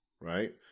right